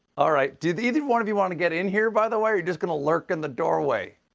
all right, do either one of you want to get in here, by the way, or are you just going to lurk in the doorway?